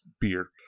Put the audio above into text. beer